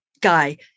Guy